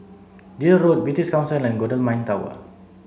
Deal Road British Council and Golden Mile Tower